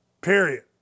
Period